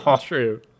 True